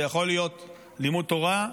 זה יכול להיות לימוד תורה,